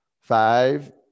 Five